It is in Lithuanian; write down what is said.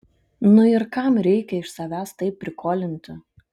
nu ir kam reikia iš savęs taip prikolinti